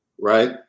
right